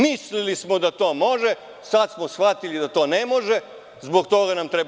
Mislili smo da to može, sada smo shvatili da to ne može i zbog toga nam treba.